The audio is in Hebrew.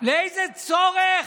לאיזה צורך